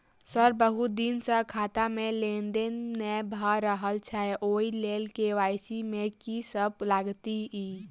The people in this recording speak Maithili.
सर बहुत दिन सऽ खाता मे लेनदेन नै भऽ रहल छैय ओई लेल के.वाई.सी मे की सब लागति ई?